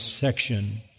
section